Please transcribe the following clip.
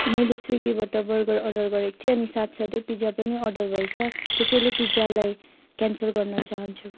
मैले स्विगीबाट burger order गरेको थिएँ अनि साथसाथै पिज्जा पनि अर्डर भएछ त्यसैले पिज्जालाई क्यान्सल गर्न चाहन्छु